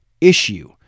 issue